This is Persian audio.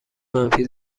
منفی